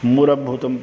मूलभूताः